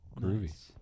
Groovy